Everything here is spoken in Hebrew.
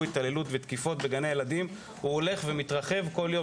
התעללות ותקיפות בגני הילדים הולך ומתרחב כל יום.